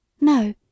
No